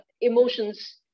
emotions